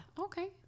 Okay